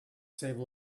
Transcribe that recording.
save